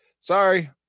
sorry